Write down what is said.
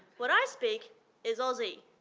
what i speak is aussie.